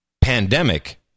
pandemic